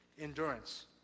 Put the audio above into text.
endurance